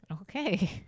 Okay